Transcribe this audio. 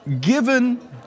given